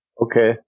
Okay